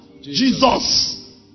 Jesus